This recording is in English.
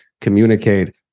communicate